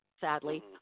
sadly